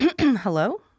Hello